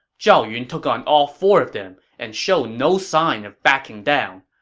zhao yun took on all four of them and showed no sign of backing down.